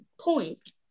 point